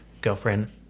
Girlfriend